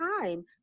time